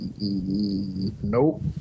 Nope